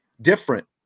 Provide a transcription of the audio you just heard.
different